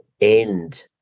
end